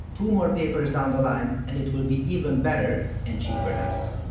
two more papers down the line, and it will be even better and cheaper than this.